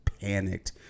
panicked